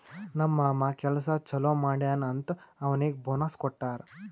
ನಮ್ ಮಾಮಾ ಕೆಲ್ಸಾ ಛಲೋ ಮಾಡ್ಯಾನ್ ಅಂತ್ ಅವ್ನಿಗ್ ಬೋನಸ್ ಕೊಟ್ಟಾರ್